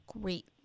great